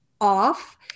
off